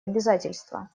обязательства